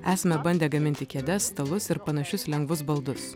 esame bandę gaminti kėdes stalus ir panašius lengvus baldus